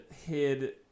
hid